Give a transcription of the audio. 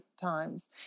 times